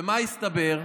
ומה הסתבר?